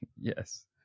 Yes